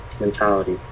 mentality